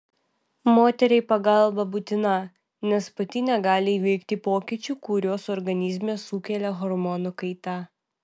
moteriai pagalba būtina nes pati negali įveikti pokyčių kuriuos organizme sukelia hormonų kaita